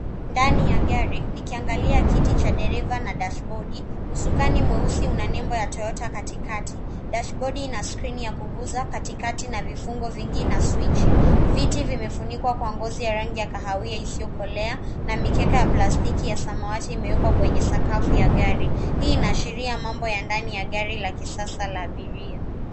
Ndani ya gari, nikiangalia kiti cha dereva na dashibodi usukani mweusi una nembo ya Toyota katikati. Dashibodi ina skrini kugusa katikati na vifungo vingi na swichi. Viti vimefunikwa kwa ngozi ya rangi ya kahawia isiyokolea na mikeka ya plastiki ya samawati imewekwa kwenye sakafu ya gari. Hii inaashiria mambo ya ndani ya gari la kisasa ya abiria.